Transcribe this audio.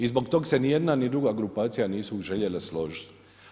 I zbog tog se nijedna ni druga grupacija nisu željele složiti.